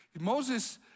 Moses